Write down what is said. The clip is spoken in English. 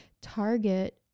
target